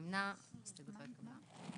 הצבעה ההסתייגות לא התקבלה.